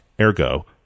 Ergo